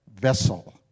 vessel